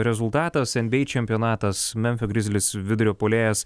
rezultatas nba čempionatas memfio grizzlies vidurio puolėjas